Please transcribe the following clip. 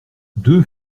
deux